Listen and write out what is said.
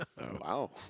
Wow